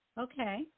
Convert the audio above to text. Okay